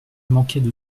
manquaient